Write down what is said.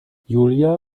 julia